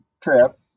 trip